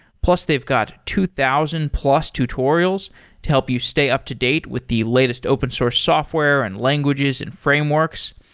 plus they've got two thousand plus tutorials to help you stay up-to-date with the latest open source software and languages and frameworks.